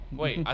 wait